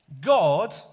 God